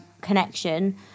connection